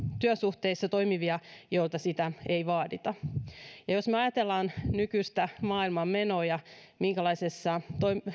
työsuhteissa toimivia joilta sitä ei vaadita jos me ajattelemme nykyistä maailmanmenoa ja sitä minkälaisessa